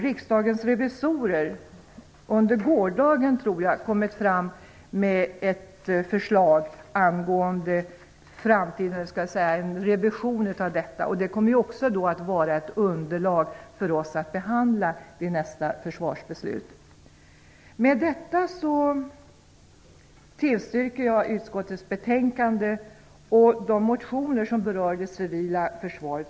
Riksdagens revisorer har, under gårdagen tror jag, lagt fram ett förslag angående revision av detta. Det kommer också att vara ett underlag för oss att behandla vid nästa försvarsbeslut. Med detta tillstyrker jag hemställan i utskottets betänkande och avstyrker de motioner som berör det civila försvaret.